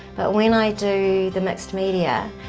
but when i do the mixed media,